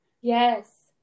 Yes